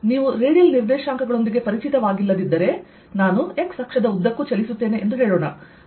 ನೀವು ರೇಡಿಯಲ್ ನಿರ್ದೇಶಾಂಕಗಳೊಂದಿಗೆ ಪರಿಚಿತವಾಗಿಲ್ಲದಿದ್ದರೆ ನಾನು x ಅಕ್ಷದ ಉದ್ದಕ್ಕೂ ಚಲಿಸುತ್ತೇನೆ ಎಂದು ಹೇಳೋಣ